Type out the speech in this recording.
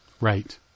Right